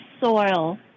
soil